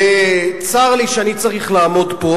צר לי שאני צריך לעמוד פה,